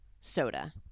soda